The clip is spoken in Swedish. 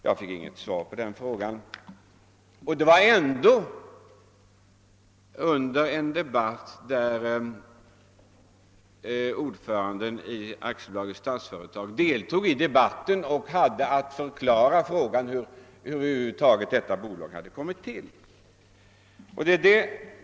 Jag fick inga svar på frågorna, och detta trots att ordföranden i Statsföretag AB deltog i debatten och hade att förklara hur bolaget tillkommit.